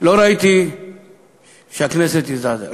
לא ראיתי שהכנסת הזדעזעה,